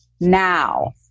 now